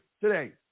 today